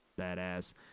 badass